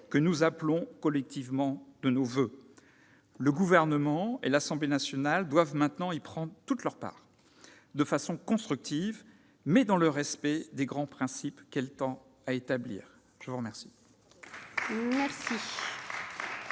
que nous appelons collectivement de nos voeux. Le Gouvernement et l'Assemblée nationale doivent maintenant y prendre toute leur part, de façon constructive, mais dans le respect des grands principes que ce texte tend à établir. La parole